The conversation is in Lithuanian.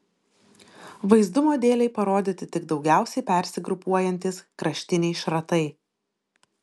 vaizdumo dėlei parodyti tik daugiausiai persigrupuojantys kraštiniai šratai